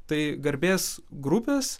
tai garbės grupės